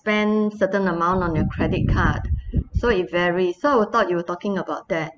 bank certain amount on your credit card so it vary so thought you were talking about that